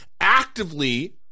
actively